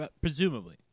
Presumably